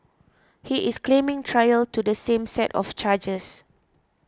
he is claiming trial to the same set of charges